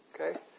Okay